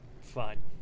fine